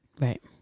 Right